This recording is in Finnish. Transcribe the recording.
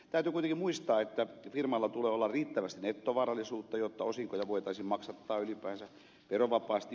täytyy kuitenkin muistaa että firmalla tulee olla riittävästi nettovarallisuutta jotta osinkoja voitaisiin maksattaa ylipäänsä verovapaasti